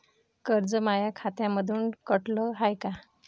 कर्ज माया खात्यामंधून कटलं हाय का?